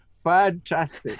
fantastic